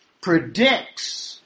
predicts